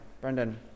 Brendan